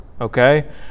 Okay